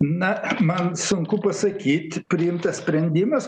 na man sunku pasakyti priimtas sprendimas